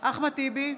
אחמד טיבי,